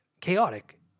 chaotic